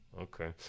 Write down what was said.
Okay